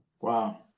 Wow